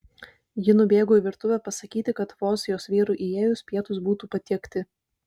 ji nubėgo į virtuvę pasakyti kad vos jos vyrui įėjus pietūs būtų patiekti